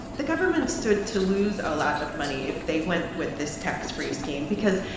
the government stood to lose a lot of money if they went with this tax-free scheme because,